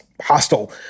hostile